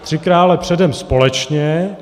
Tři krále předem společně.